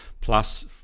plus